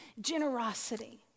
Generosity